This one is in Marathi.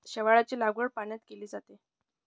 शेवाळाची लागवड पाण्यात केली जाते